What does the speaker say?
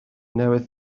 newydd